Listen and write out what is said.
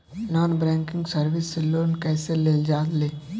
Non banking service से loan कैसे लेल जा ले?